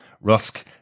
Rusk